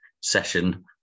session